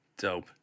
Dope